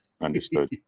Understood